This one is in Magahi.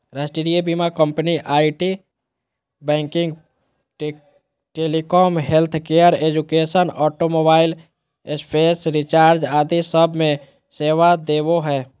राष्ट्रीय बीमा company IT, banking, telecom, healthcare, education, automobile, space research आदि सब मे सेवा देवो हय